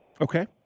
Okay